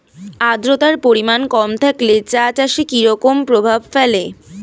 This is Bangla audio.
আদ্রতার পরিমাণ কম থাকলে চা চাষে কি রকম প্রভাব ফেলে?